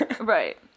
Right